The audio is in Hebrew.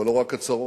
אבל לא רק הצהרות,